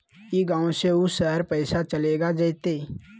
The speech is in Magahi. ई गांव से ऊ शहर पैसा चलेगा जयते?